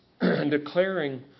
declaring